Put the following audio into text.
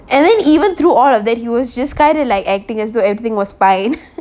and then even through all of that he was just kind of like acting as though everything was fine